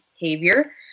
behavior